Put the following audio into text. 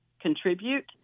contribute